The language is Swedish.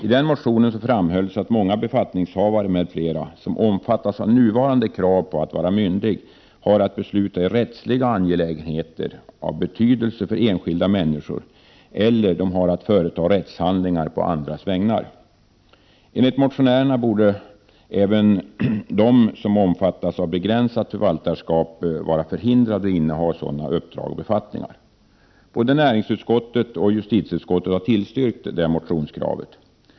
I denna motion framhölls att bl.a. många befattningshavare som omfattas av nuvarande krav på att vara myndig har att besluta i rättsliga angelägenheter av betydelse för enskilda människor eller har att företa rättshandlingar på andras vägnar. Enligt motionärerna borde även de som omfattas av begränsat förvaltarskap vara förhindrade att inneha sådana uppdrag och befattningar. Både näringsutskottet och justitieutskottet har tillstyrkt detta motionskrav.